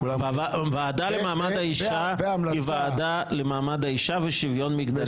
הוועדה למעמד האישה היא ועדה למעמד האישה ושוויון מגדרי.